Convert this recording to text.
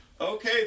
okay